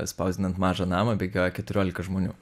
spausdinant mažą namą bėgioja keturiolika žmonių